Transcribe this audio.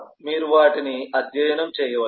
మీరు వాటిని అధ్యయనం చేయవచ్చు